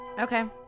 Okay